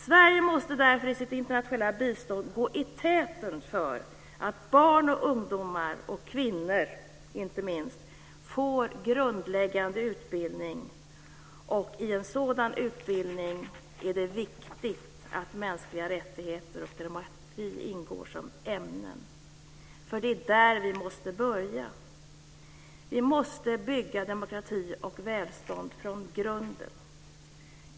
Sverige måste därför i sitt internationella bistånd gå i täten för att barn, ungdomar och kvinnor, inte minst, får grundläggande utbildning. I en sådan utbildning är det viktigt att mänskliga rättigheter och demokrati ingår som ämnen, för det är där vi måste börja. Vi måste bygga demokrati och välstånd från grunden.